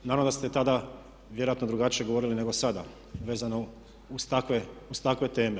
Naravno da ste tada vjerojatno drugačije govorili nego sada vezano uz takve teme.